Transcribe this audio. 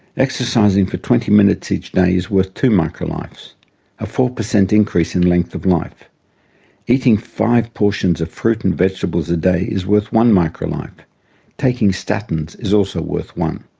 exercising for twenty minutes each day is worth two microlifes a four percent increase in length of life eating five portions of fruit and vegetables a day is worth one microlife taking statins is also worth one.